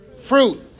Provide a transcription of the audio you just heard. Fruit